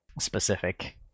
specific